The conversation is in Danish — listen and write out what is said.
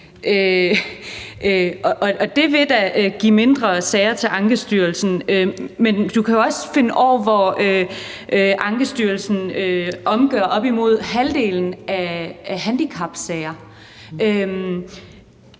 Det vil da give færre sager til Ankestyrelsen. Men du kan også finde år, hvor Ankestyrelsen omgør op imod halvdelen af alle handicapsager.